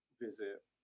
visit